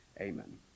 amen